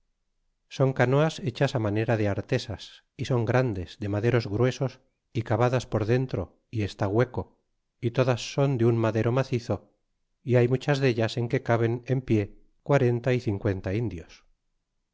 son canoas hechas manera de artesas y son grandes de maderos gruesos y cavadas por dedentro y está hueco y todas son de un madero macizo y hay muchas dellas en que caben en pie quarenta y cincuenta indios